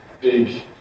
big